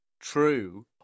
true